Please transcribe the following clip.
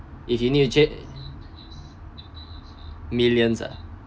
if you need a chan~ millions ah